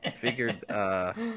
figured